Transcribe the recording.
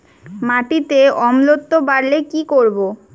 মাটিতে অম্লত্ব বাড়লে কি করব?